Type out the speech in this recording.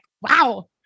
wow